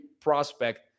prospect